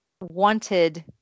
wanted